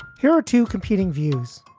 here are two competing views,